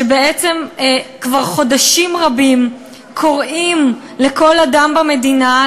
שבעצם כבר חודשים רבים קוראים לכל אדם במדינה,